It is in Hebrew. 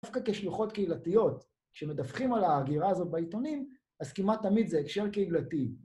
דווקא כשלוחות קהילתיות, כשמדווחים על ההגירה הזו בעיתונים, אז כמעט תמיד זה הקשר קהילתי.